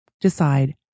decide